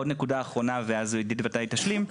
עוד נקודה אחרונה, ואז עידית ודאי תשלים,